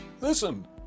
Listen